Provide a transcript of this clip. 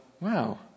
wow